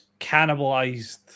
cannibalized